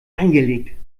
reingelegt